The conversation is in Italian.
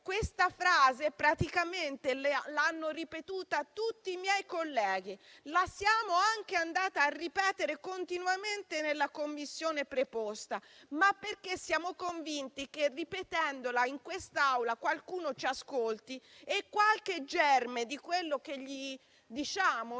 Questa frase l'hanno ripetuta praticamente tutti i miei colleghi. Siamo anche andati a ripeterla continuamente nella Commissione preposta, perché siamo convinti che ripetendola in quest'Aula qualcuno ci ascolti e qualche germe di quello che diciamo